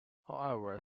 however